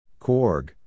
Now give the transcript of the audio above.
Korg